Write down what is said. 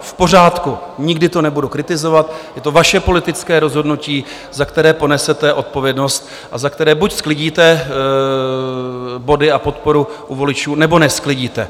V pořádku, nikdy to nebudu kritizovat, je to vaše politické rozhodnutí, za které ponesete odpovědnost a za které buď sklidíte body a podporu u voličů, nebo nesklidíte.